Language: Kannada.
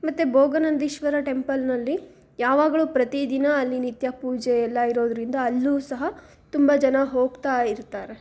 ಮತ್ತು ಭೋಗ ನಂದೀಶ್ವರ ಟೆಂಪಲ್ನಲ್ಲಿ ಯಾವಾಗಲೂ ಪ್ರತೀ ದಿನ ಅಲ್ಲಿ ನಿತ್ಯ ಪೂಜೆ ಎಲ್ಲ ಇರೋದರಿಂದ ಅಲ್ಲೂ ಸಹ ತುಂಬ ಜನ ಹೋಗ್ತಾ ಇರ್ತಾರೆ